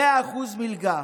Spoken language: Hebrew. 100% מלגה.